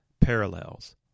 parallels